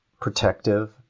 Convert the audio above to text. protective